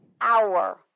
hour